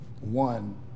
one